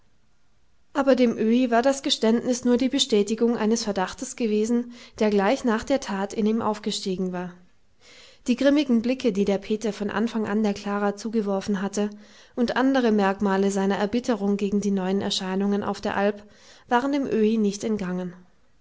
aber dem öhi war das geständnis nur die bestätigung eines verdachtes gewesen der gleich nach der tat in ihm aufgestiegen war die grimmigen blicke die der peter von anfang an der klara zugeworfen hatte und andere merkmale seiner erbitterung gegen die neuen erscheinungen auf der alp waren dem öhi nicht entgangen